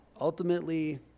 ultimately